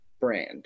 Brand